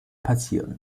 passieren